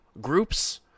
groups